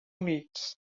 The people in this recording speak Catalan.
units